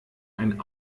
ein